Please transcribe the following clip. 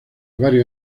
varios